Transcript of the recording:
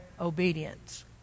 obedience